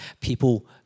people